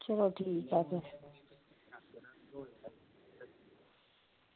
चलो ठीक ऐ भी